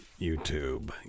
YouTube